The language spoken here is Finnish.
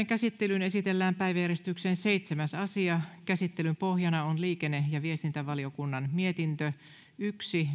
käsittelyyn esitellään päiväjärjestyksen seitsemäs asia käsittelyn pohjana on liikenne ja viestintävaliokunnan mietintö yksi